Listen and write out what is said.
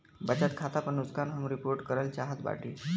बचत खाता पर नुकसान हम रिपोर्ट करल चाहत बाटी